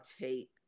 take